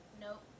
Nope